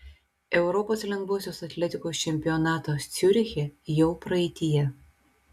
europos lengvosios atletikos čempionatas ciuriche jau praeityje